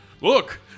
Look